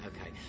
okay